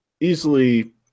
easily